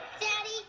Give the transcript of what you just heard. Daddy